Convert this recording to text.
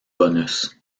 bonus